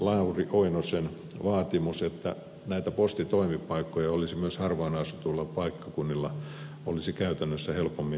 lauri oinosen vaatimus että näitä postitoimipaikkoja olisi myös harvaanasutuilla paikkakunnilla olisi käytännössä helpommin toteutettavissa